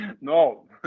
no